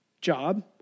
Job